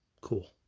Cool